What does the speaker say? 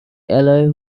alloy